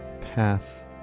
path